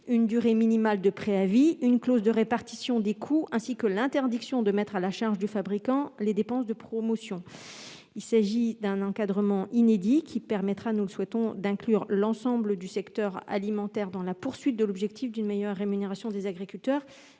une durée minimale de préavis, une clause de répartition des coûts ainsi que l'interdiction de mettre à la charge du fabricant les dépenses de promotion. Il s'agit d'un encadrement inédit, qui permettra d'inclure l'ensemble du secteur alimentaire dans la poursuite de l'objectif d'une meilleure rémunération des agriculteurs